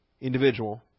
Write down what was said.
individual